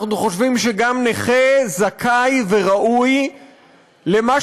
אנחנו חושבים שגם נכה זכאי וראוי למה